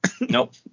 Nope